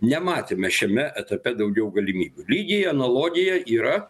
nematėme šiame etape daugiau galimybių lygiai analogija yra